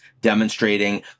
demonstrating